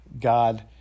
God